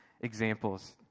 examples